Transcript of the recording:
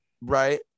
right